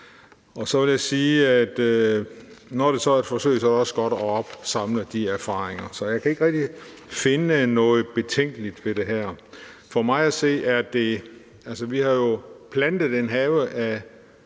Og så vil jeg sige, at når det så er et forsøg, er det også godt at opsamle de erfaringer. Jeg kan ikke rigtig finde noget betænkeligt ved det her. Altså, vi har jo tilplantet en have med